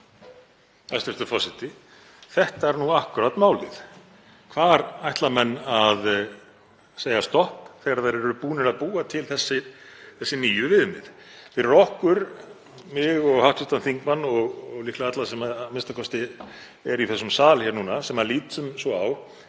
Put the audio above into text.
Þetta er akkúrat málið. Hvar ætla menn að segja stopp þegar þeir eru búnir að búa til þessi nýju viðmið fyrir okkur, mig og hv. þingmann og líklega alla sem a.m.k. eru í þessum sal núna, sem lítum svo á